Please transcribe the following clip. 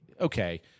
Okay